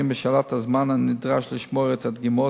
בשאלת הזמן שנדרש לשמור בו את הדגימות,